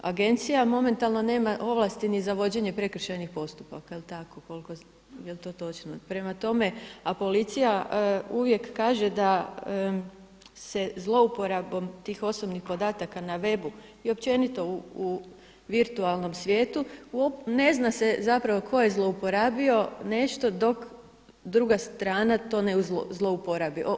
Agencija momentalno nema ovlasti ni za vođenje prekršajnih postupaka, jel to točno, prema tome, a policija uvijek kaže da se zlouporabom tih osobnih podataka na webu i općenito u virtualnom svijetu ne zna se tko je zlouporabio nešto dok druga strana to ne zlouporabi.